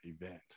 event